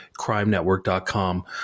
CrimeNetwork.com